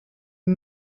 ben